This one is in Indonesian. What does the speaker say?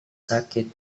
sakit